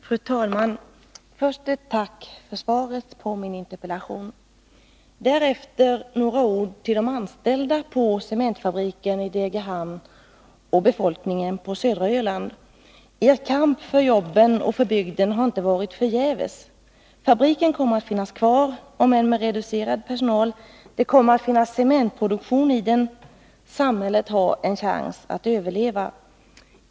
Fru talman! Först vill jag framföra ett tack för svaret på min interpellation. Därefter vill jag säga några ord till de anställda på cementfabriken i Degerhamn och befolkningen på södra Öland: Er kamp för jobben och för bygden har inte varit förgäves. Fabriken kommer att finnas kvar, om än med reducerad personal. Det kommer att bedrivas cementproduktion, samhället har en chans att överleva.